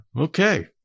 Okay